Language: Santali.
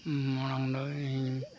ᱢᱟᱲᱟᱝ ᱫᱚ ᱤᱧ